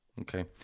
Okay